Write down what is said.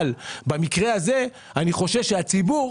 במקרה הזה, אני חושש שהציבור